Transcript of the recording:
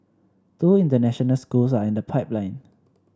two international schools are in the pipeline